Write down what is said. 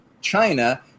China